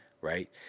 right